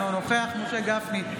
אינו נוכח משה גפני,